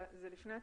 זה לפני התיקונים?